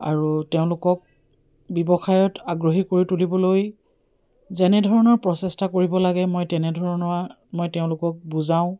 আৰু তেওঁলোকক ব্যৱসায়ত আগ্ৰহী কৰি তুলিবলৈ যেনেধৰণৰ প্ৰচেষ্টা কৰিব লাগে মই তেনেধৰণৰ মই তেওঁলোকক বুজাওঁ